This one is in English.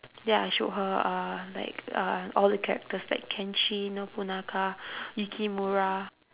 ya I showed her uh like uh all the characters like kenshin nobunaga yukimura